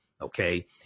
Okay